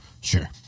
Sure